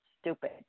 stupid